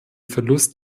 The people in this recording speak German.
verlust